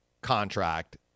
contract